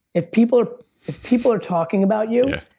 if people if people are talking about you,